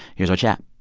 here's our chat